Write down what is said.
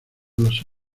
las